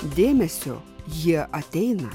dėmesio jie ateina